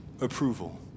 approval